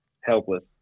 helpless